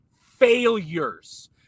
failures